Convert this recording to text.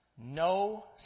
No